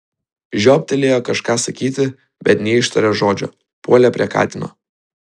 žiobtelėjo kažką sakyti bet neištarė žodžio puolė prie katino